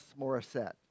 Morissette